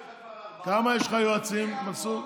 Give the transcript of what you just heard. כמה יועצים יש לך, מנסור?